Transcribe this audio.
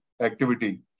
activity